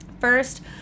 First